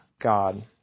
God